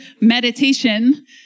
meditation